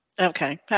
Okay